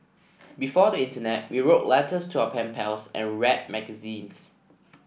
before the internet we wrote letters to our pen pals and read magazines